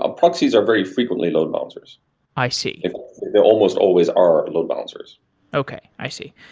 ah proxies are very frequently load balancers i see they almost always are load balancers okay. i see.